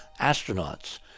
astronauts